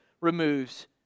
removes